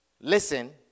listen